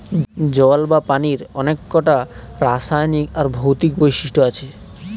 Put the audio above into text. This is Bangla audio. জল বা পানির অনেককটা রাসায়নিক আর ভৌতিক বৈশিষ্ট্য আছে